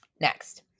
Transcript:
Next